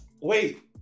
wait